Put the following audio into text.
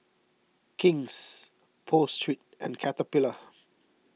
King's Pho Street and Caterpillar